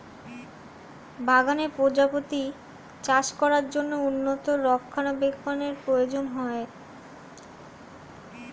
বাগানে প্রজাপতি চাষ করার জন্য উন্নত রক্ষণাবেক্ষণের প্রয়োজন হয়